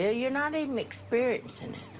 ah you're not even experiencing it.